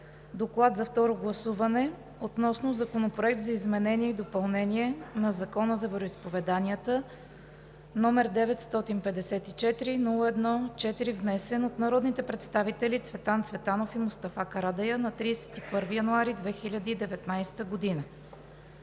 „Доклад за второ гласуване относно Законопроект за изменение и допълнение на Закона за вероизповеданията, № 954-01-4, внесен от народните представители Цветан Цветанов и Мустафа Карадайъ на 31 януари 2019 г.